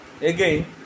Again